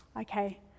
Okay